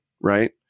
right